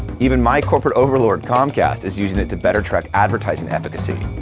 even my corporate overload comcast is using it to better track advertising efficacy.